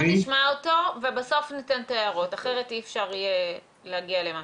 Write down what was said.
בואו נשמור על השיח במקום שכולנו מכוונים אליו.